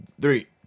three